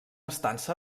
estança